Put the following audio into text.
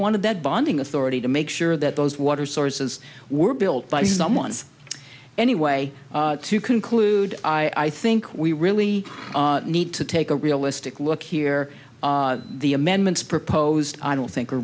wanted that bonding authority to make sure that those water sources were built by someone's anyway to conclude i think we really need to take a realistic look here the amendments proposed i don't think